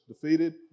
Defeated